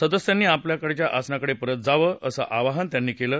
सदस्यांनी आपापल्या असनाकडे परत जावं असं आवाहन त्यांनी केलं